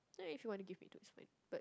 yeah if you wanna give me those it's fine but